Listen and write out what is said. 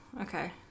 Okay